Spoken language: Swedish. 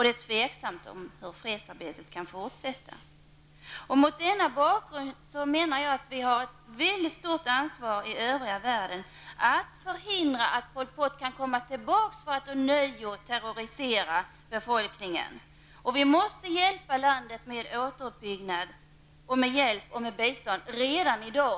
Det är tveksamt hur fredsarbetet kan fortsätta. Mot denna bakgrund menar jag att vi i övriga världen har ett mycket stort ansvar för att förhindra att Pol Pot kan komma tillbaka för att ånyo terrorisera befolkningen. Vi måste hjälpa landet med återuppbyggnad, hjälp och bistånd redan i dag.